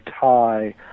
tie